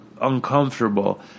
uncomfortable